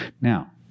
Now